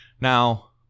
Now